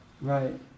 right